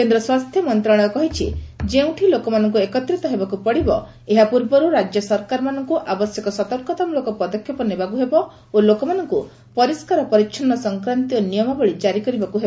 କେନ୍ଦ୍ର ସ୍ୱାସ୍ଥ୍ୟ ମନ୍ତଶାଳୟ କହିଛି ଯେଉଁଠି ଲୋକମାନଙ୍କୁ ଏକତ୍ରିତ ହେବାକୁ ପଡ଼ିବ ଏହାପୂର୍ବରୁ ରାକ୍ୟ ସରକାରମାନଙ୍କୁ ଆବଶ୍ୟକ ସତର୍କତାମଳକ ପଦକ୍ଷେପ ନେବାକୁ ହେବ ଓ ଲୋକମାନଙ୍କୁ ପରିଷ୍କାର ପରିଛନ୍ନ ସଂକ୍ରାନ୍ତୀୟ ନିୟମାବଳୀ ଜାରି କରିବାକୁ ହେବ